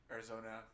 Arizona